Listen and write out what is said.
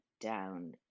down